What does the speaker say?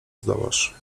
zdołasz